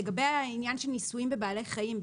לגבי העניין של ניסויים בבעלי חיים,